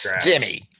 Jimmy